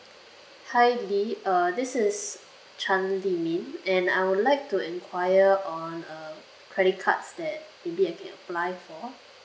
hi lily uh this is chan lee min and I would like to inquire on uh credit cards that maybe I can apply for